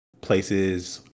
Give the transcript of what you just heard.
places